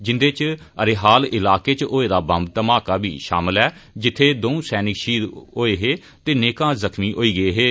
जिन्दे च अरिहाल ईलाकें च होए दा बम्ब घमाका बी शामल ऐ जित्थे दौ सैनिक शहीद होए हे ते नेकां जख्मी होई गे हे